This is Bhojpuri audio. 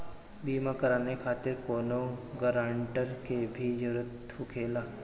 बीमा कराने खातिर कौनो ग्रानटर के भी जरूरत होखे ला?